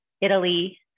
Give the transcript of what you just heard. Italy